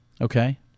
Okay